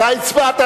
התשס"ט 2009,